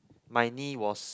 my knee was